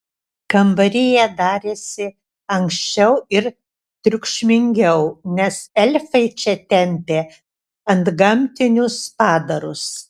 kambaryje darėsi ankščiau ir triukšmingiau nes elfai čia tempė antgamtinius padarus